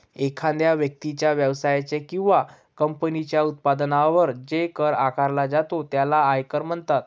एखाद्या व्यक्तीच्या, व्यवसायाच्या किंवा कंपनीच्या उत्पन्नावर जो कर आकारला जातो त्याला आयकर म्हणतात